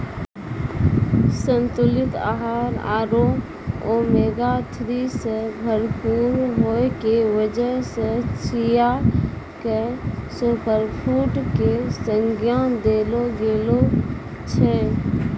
संतुलित आहार आरो ओमेगा थ्री सॅ भरपूर होय के वजह सॅ चिया क सूपरफुड के संज्ञा देलो गेलो छै